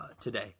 today